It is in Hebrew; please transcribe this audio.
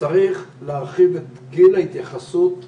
שצריך להרחיב את גיל ההתייחסות ב-105.